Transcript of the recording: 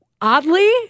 oddly